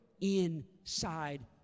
inside